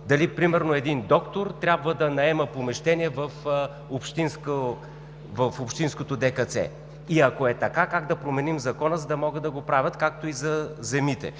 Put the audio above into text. доктор, примерно, трябва да наема помещение в общинското ДКЦ и ако е така, как да променим Закона, за да могат да го правят, както и за земите?